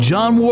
John